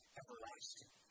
everlasting